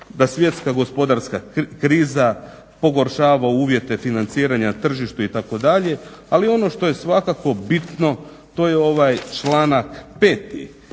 da svjetska gospodarska kriza pogoršava uvjete financiranja na tržištu itd., ali ono što je svakako bitno to je ovaj članak 5.